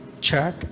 chat